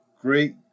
Great